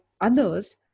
others